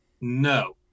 No